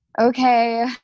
okay